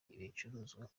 ibicuruzwa